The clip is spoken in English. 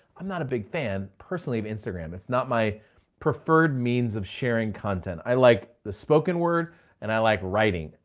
i'm not a big fan personally of instagram. it's not my preferred means of sharing content. i like the spoken word and i like writing.